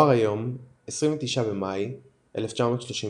דואר היום, 29 במאי 1935